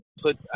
put